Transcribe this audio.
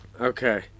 Okay